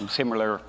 similar